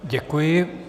Děkuji.